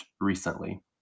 recently